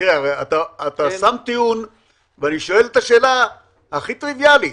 אתה שם טיעון ואני שואל את השאלה הכי טריוויאלית.